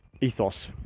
ethos